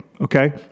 okay